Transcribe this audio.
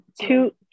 Two